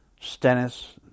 Stennis